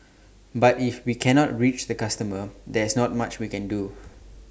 but if we cannot reach the customer there is not much we can do